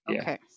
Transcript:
Okay